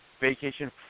vacation